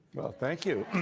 well, thank you.